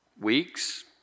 weeks